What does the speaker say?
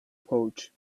pouch